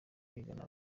kwigana